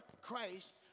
Christ